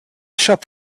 shop